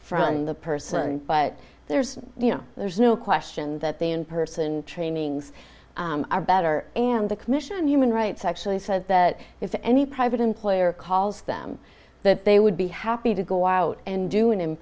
from the person but there's you know there's no question that they in person trainings are better and the commission on human rights actually said that if any private employer calls them that they would be happy to go out and do